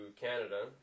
Canada